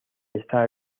está